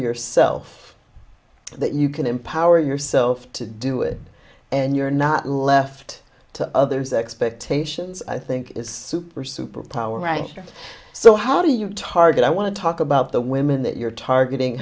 yourself that you can empower yourself to do it and you're not left to others expectations i think is super super power rankings so how do you target i want to talk about the women that you're targeting